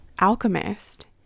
Alchemist